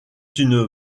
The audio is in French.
une